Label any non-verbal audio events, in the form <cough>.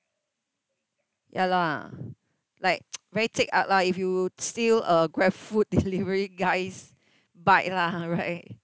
ya lah like <noise> very jek ark lah if you steal a GrabFood delivery guy's bike lah <laughs> right